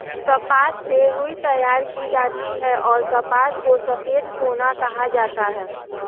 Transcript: कपास से रुई तैयार की जाती हैंऔर कपास को सफेद सोना कहा जाता हैं